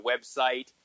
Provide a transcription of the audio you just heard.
website